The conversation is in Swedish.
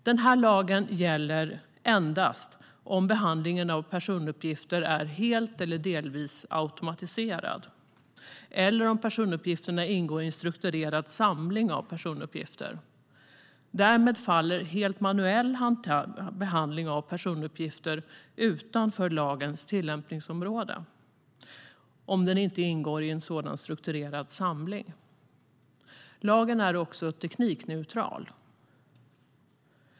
Den här lagen gäller endast om behandlingen av personuppgifter är helt eller delvis automatiserad eller om personuppgifterna ingår i en strukturerad samling av personuppgifter. Därmed faller manuell behandling av personuppgifter helt utanför lagens tillämpningsområde, om den inte ingår i en sådan strukturerad samling. Lagen är också teknikneutral.